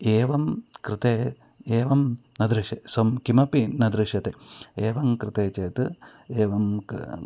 एवं कृते एवं न दृशेत् सः किमपि न दृश्यते एवं कृते चेत् एवं कृ